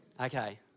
Okay